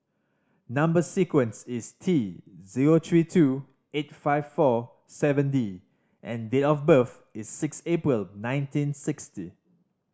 number sequence is T zero three two eight five four seven D and date of birth is six April nineteen sixty